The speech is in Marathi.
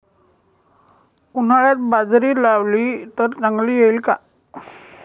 उन्हाळ्यात बाजरी लावली तर चांगली येईल का?